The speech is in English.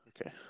okay